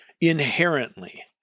inherently